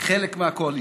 חלק מהקואליציה.